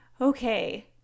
okay